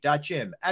Jim